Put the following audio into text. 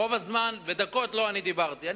רוב הזמן, בדקות, לא אני דיברתי.